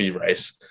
race